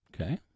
Okay